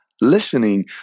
listening